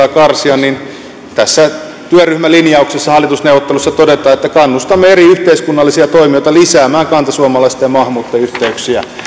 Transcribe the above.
karsia niin tässä työryhmälinjauksessa hallitusneuvotteluissa todetaan että kannustamme eri yhteiskunnallisia toimijoita lisäämään kantasuomalaisten ja maahanmuuttajien yhteyksiä